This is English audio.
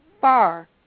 far